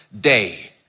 day